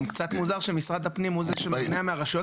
גם קצת מוזר שמשרד הפנים הוא זה שמונע מהרשויות